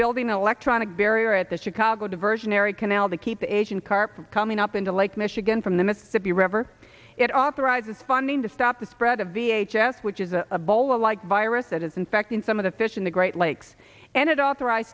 building electronic barrier at the chicago diversionary canal to keep asian carp from coming up into lake michigan from the mississippi river it authorizes funding to stop the spread of the h s which is a bolo like virus that is in fact in some of the fish in the great lakes and it authorized